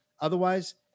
Otherwise